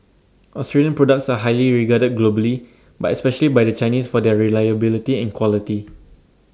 Australian products are highly regarded globally but especially by the Chinese for their reliability and quality